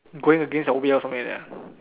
going against your will or something like that